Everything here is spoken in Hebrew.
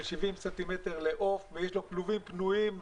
70 סנטימטר לעוף ויש לו כלובים פנויים,